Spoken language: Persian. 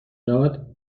داد